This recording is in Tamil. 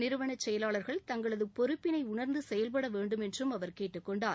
நிறுவனச் செயலாளர்கள் தங்களது பொறுப்பினை உணர்ந்து செயல்பட வேண்டும் என்று அவர் கேட்டுக்கொண்டார்